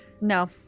No